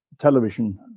television